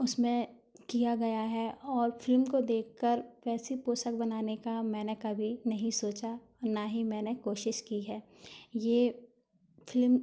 उसमें किया गया है और फ़िल्म को देख कर वैसे पोशाक बनाने का मैंने कभी नहीं सोचा ना ही मैंने कोशिश की है ये फिल्म